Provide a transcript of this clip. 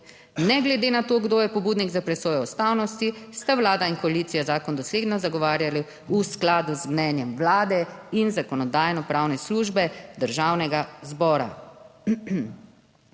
Ne glede na to, kdo je pobudnik za presojo ustavnosti, sta Vlada in koalicija zakon dosledno zagovarjali v skladu z mnenjem Vlade in Zakonodajno-pravne službe Državnega zbora.